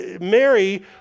Mary